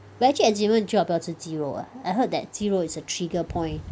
but actually eczema 你最好不要吃鸡肉 ah I heard that 鸡肉 is a trigger point